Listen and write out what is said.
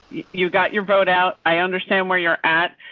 you got your vote out. i understand where you're at.